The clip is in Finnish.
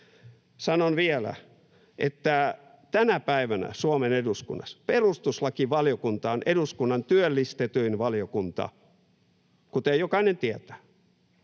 Sanon vielä, että tänä päivänä Suomen eduskunnassa perustuslakivaliokunta on eduskunnan työllistetyin valiokunta, kuten jokainen tietää.